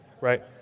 right